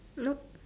nope